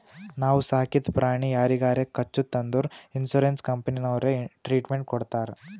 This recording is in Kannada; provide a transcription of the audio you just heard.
ನಾವು ಸಾಕಿದ ಪ್ರಾಣಿ ಯಾರಿಗಾರೆ ಕಚ್ಚುತ್ ಅಂದುರ್ ಇನ್ಸೂರೆನ್ಸ್ ಕಂಪನಿನವ್ರೆ ಟ್ರೀಟ್ಮೆಂಟ್ ಕೊಡ್ತಾರ್